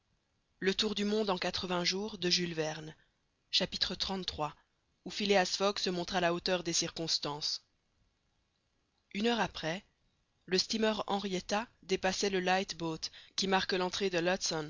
où phileas fogg se montre a la hauteur des circonstances une heure après le steamer henrietta dépassait le light boat qui marque l'entrée de